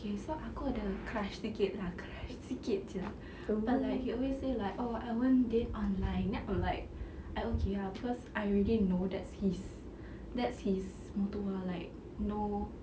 okay so aku ada crush sikit lah crush sikit jer but like he always say like oh I want date online then I'm like I okay ah cause I already know that's his that's his motto ah like no